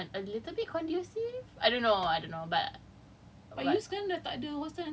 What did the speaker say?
no but like over there I guess it's conducive quite a little bit conducive I don't know I don't know but